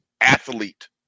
athlete